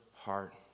heart